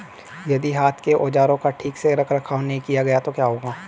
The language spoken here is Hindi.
यदि हाथ के औजारों का ठीक से रखरखाव नहीं किया गया तो क्या होगा?